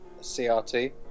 CRT